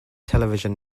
television